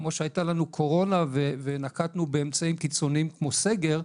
כמו שהייתה לנו קורונה ונקטנו באמצעים קיצוניים כמו סגר,